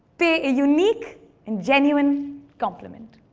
pay a unique and genuine compliment.